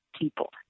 people